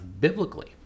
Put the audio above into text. biblically